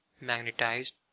magnetized